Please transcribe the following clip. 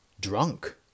drunk